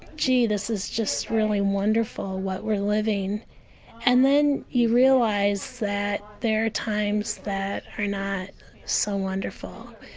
gee, this is just really wonderful, what we're living and then you realize that there are times that are not so wonderful.